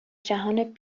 جهان